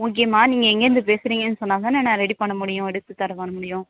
ஓகேமா நீங்கள் எங்கேயிருந்து பேசுகிறீங்கன்னு சொன்னால்தான நான் ரெடி பண்ண முடியும் எடுத்து தர வர முடியும்